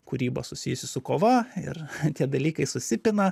kūryba susijusi su kova ir tie dalykai susipina